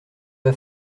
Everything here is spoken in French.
pas